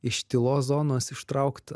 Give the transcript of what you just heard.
iš tylos zonos ištraukt